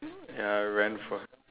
ya rent for